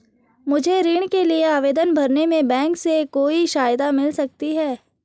मुझे ऋण के लिए आवेदन भरने में बैंक से कोई सहायता मिल सकती है?